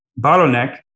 bottleneck